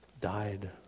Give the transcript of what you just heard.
died